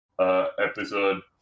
episode